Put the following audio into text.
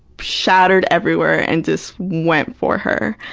shattered everywhere, and just went for her.